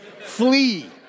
Flee